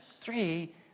three